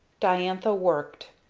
diantha worked.